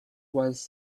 was